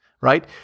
Right